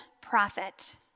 prophet